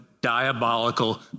diabolical